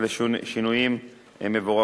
אלה שינויים מבורכים.